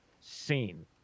seen